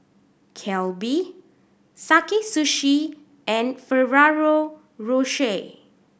Calbee Sakae Sushi and Ferrero Rocher